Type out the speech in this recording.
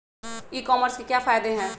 ई commerce के क्या फायदे हैं?